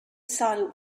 silent